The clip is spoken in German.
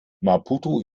maputo